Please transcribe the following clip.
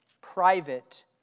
private